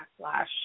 backlash